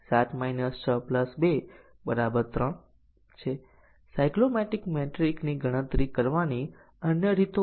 તેથી પરિણામ ખોટા બનશે કારણ કે આ બેઝીક કન્ડીશન સાચી અને ખોટી કિંમત લે છે તેથી બ્રાંચ પરિણામ અન્ય બેઝીક કન્ડીશન ને કેટલાક અચળ મૂલ્ય પર રાખે છે